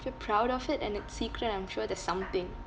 if you're proud of it and it's secret I'm sure there's something